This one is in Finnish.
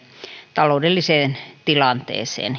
taloudelliseen tilanteeseen